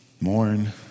Mourn